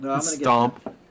Stomp